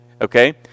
okay